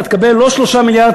ואתה תקבל לא 3 מיליארדים,